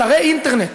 אתרי אינטרנט